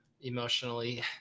emotionally